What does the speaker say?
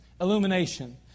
Illumination